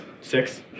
Six